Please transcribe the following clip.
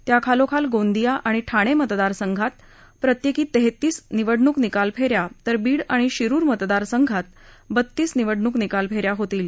त्या खालोखाल गोंदिया आणि ठाणे मतदारसंघात प्रत्येकी तेहतीस निवडणूक निकाल फेऱ्या तर बीड आणि शिरूर मतदारसंघात बत्तीस निवडणूक निकाल फेऱ्या होतील